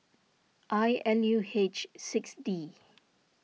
I L U H six D